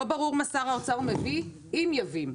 לא ברור מה שר האוצר מביא, אם יביא.